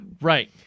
right